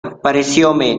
parecióme